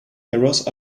mirrors